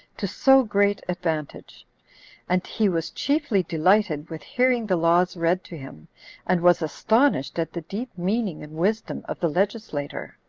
to so great advantage and he was chiefly delighted with hearing the laws read to him and was astonished at the deep meaning and wisdom of the legislator.